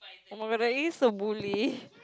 oh my god that is a bully